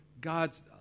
God's